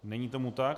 Není tomu tak.